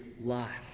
life